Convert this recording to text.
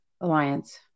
Alliance